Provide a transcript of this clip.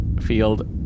field